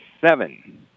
seven